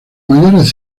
mayores